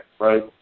right